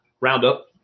Roundup